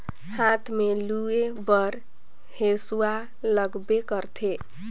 हाथ में लूए बर हेसुवा लगबे करथे